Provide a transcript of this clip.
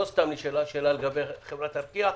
לא סתם נשאלה שאלה לגבי חברת ארקיע.